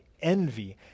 envy